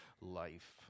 life